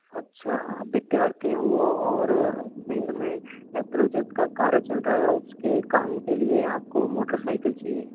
अच्छा आप विद्यार्थी हो और अजमेर में प्रोजेक्ट का कार्य चल रहा है उसके काम के लिए आप को मोटरसाइकिल चाहिए